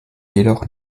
jedoch